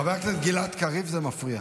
חבר הכנסת גלעד קריב, זה מפריע.